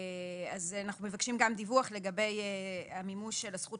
אנחנו מבקשים גם דיווח לגבי המימוש של הזכות